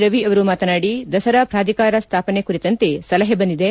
ರವಿ ಅವರು ಮಾತನಾದಿ ದಸರಾ ಪ್ರಾಧಿಕಾರ ಸ್ವಾಪನೆ ಕುರಿತಂತೆ ಸಲಹೆ ಬಂದಿದೆ